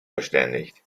verständigt